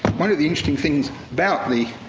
one of the interesting things about the